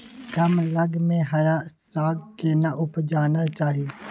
कम लग में हरा साग केना उपजाना चाही?